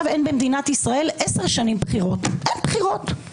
אין במדינת ישראל עשר שנים בחירות אין בחירות.